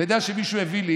אתה יודע שמישהו הביא לי